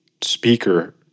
speaker